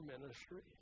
ministry